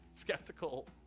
skeptical